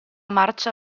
marcia